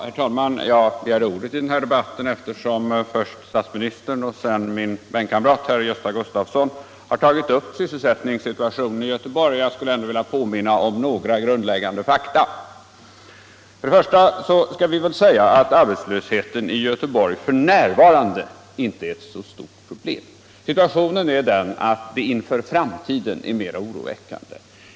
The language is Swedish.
Herr talman! Jag begärde ordet i den här debatten, eftersom först statsministern och sedan min bänkkamrat herr Gösta Gustafsson i Göteborg har tagit upp sysselsättningssituationen i Göteborg. Jag skulle vilja påminna om några grundläggande fakta. Arbetslösheten i Göteborg är för närvarande inte ett så stort problem. Situationen är den att det inför framtiden är mera oroväckande.